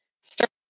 Start